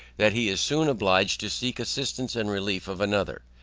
that he is soon obliged to seek assistance and relief of another,